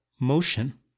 motion